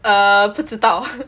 err 不知道